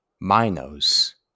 Minos